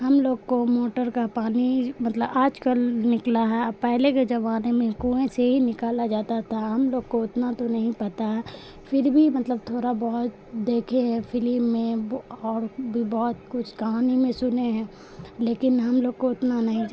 ہم لوگ کو موٹر کا پانی مطلب آج کل نکلا ہے پہلے کے جمانے میں کنویں سے ہی نکالا جاتا تھا ہم لوگ کو اتنا تو نہیں پتا پھر بھی مطلب تھورا بہت دیکھے ہیں فلم میں اور بھی بہت کچھ کہانی میں سنے ہیں لیکن ہم لوگ کو اتنا نہیں